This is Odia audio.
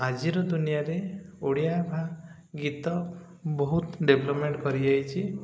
ଆଜିର ଦୁନିଆରେ ଓଡ଼ିଆ ବା ଗୀତ ବହୁତ ଡେଭ୍ଲପ୍ମେଣ୍ଟ କରିଯାଇଛି